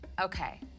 Okay